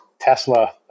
Tesla